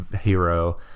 hero